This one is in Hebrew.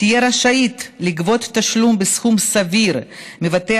תהיה רשאית לגבות תשלום בסכום סביר מבתי